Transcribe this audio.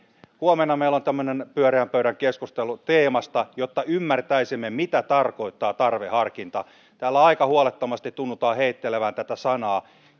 huomenna meillä on tämmöinen pyöreän pöydän keskustelu teemasta jotta ymmärtäisimme mitä tarkoittaa tarveharkinta täällä aika huolettomasti tunnutaan heittelevän tätä sanaa